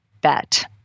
bet